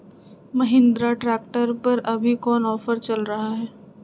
Mahindra tractor पर अभी कोन ऑफर चल रहा है?